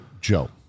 Joe